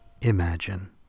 Imagine